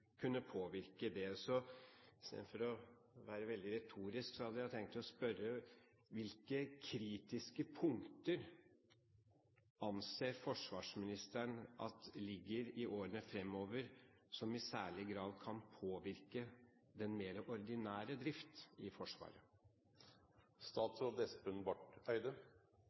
kunne påvirke det. Istedenfor å være veldig retorisk hadde jeg tenkt å spørre: Hvilke kritiske punkter anser forsvarsministeren i særlig grad kan påvirke den mer ordinære drift i Forsvaret